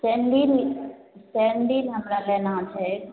sandal sandal हमरा लेना छै